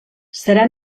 serà